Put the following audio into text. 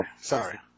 Sorry